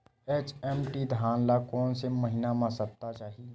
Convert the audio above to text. HMT धान ल कोन से महिना म सप्ता चाही?